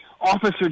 Officer